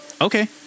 Okay